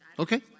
Okay